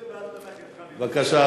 בבקשה,